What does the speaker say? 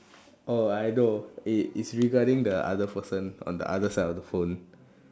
oh I know it it's regarding the other person on the other side of the phone